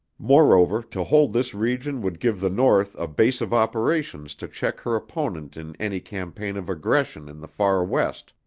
moreover to hold this region would give the north a base of operations to check her opponent in any campaign of aggression in the far west,